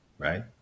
Right